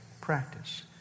practice